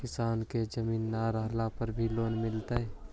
किसान के जमीन न रहला पर भी लोन मिलतइ?